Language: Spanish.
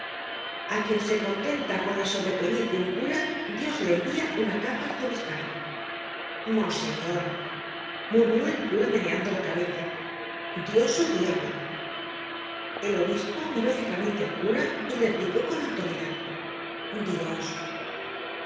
á quien se contenta con la sobrepelliz de un cura dios le envia una capa arzobispal monseñor murmuró el cura meneando la cabeza dios ó el diablo el obispo miró fijamente al cura y replicó con autoridad dios